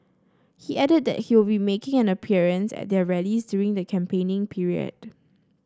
he added that he will be making an appearance at their rallies during the campaigning period